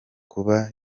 kuba